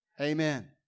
Amen